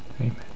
Amen